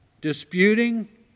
disputing